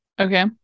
Okay